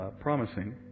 promising